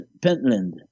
Pentland